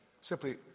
Simply